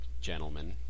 Gentlemen